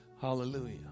Hallelujah